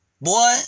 Boy